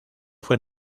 fue